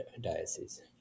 diocese